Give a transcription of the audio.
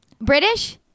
British